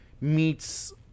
meets